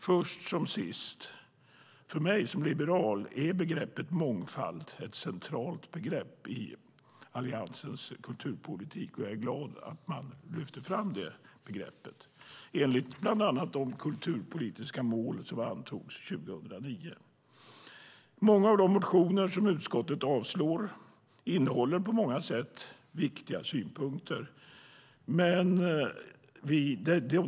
Först som sist: För mig som liberal är begreppet mångfald ett centralt begrepp i Alliansens kulturpolitik. Jag är glad att man lyfter fram det begreppet enligt bland annat de kulturpolitiska mål som antogs 2009. Många av de motioner som utskottet avstyrker innehåller på många sätt viktiga synpunkter.